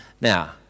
Now